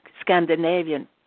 Scandinavian